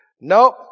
Nope